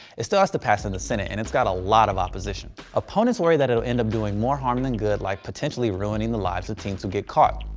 it still has to pass in the senate, and it's got a lot of opposition. opponents worry that it'll end up doing more harm than good. like potentially ruining the lives of teens who get caught.